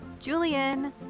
Julian